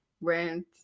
rent